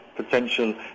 potential